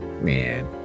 Man